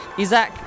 Isaac